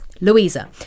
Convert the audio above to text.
Louisa